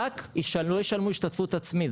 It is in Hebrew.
רק שלא ישלמו השתתפות עצמית.